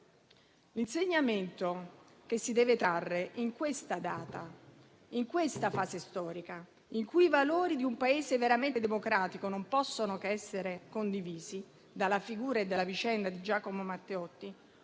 L'insegnamento che si deve trarre da questa data, in questa fase storica, in cui i valori di un Paese veramente democratico non possono che essere condivisi, dalla figura e dalla vicenda di Giacomo Matteotti